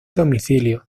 domicilio